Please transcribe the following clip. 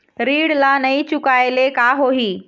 ऋण ला नई चुकाए ले का होही?